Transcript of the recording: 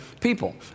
people